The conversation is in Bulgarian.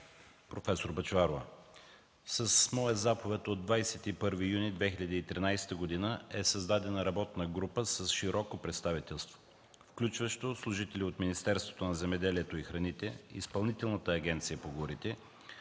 проф. Бъчварова, с моя заповед от 21 юни 2013 г. е създадена работна група с широко представителство, включващо служители от Министерството на земеделието и храните, Изпълнителната агенция по горите,